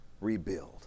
rebuild